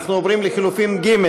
אנחנו עוברים אל לחלופין ג'.